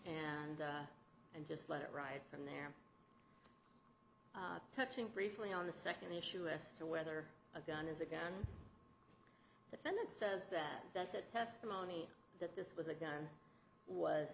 and and just let it ride from there touching briefly on the second issue as to whether a gun is a gun defendant says that that that testimony that this was a gun was